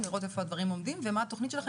לראות איפה הדברים עומדים ומה התוכנית שלכם,